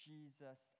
Jesus